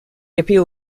appeal